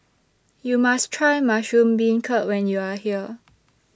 YOU must Try Mushroom Beancurd when YOU Are here